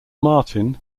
martin